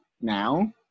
now